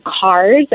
cars